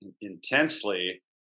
intensely